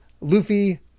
Luffy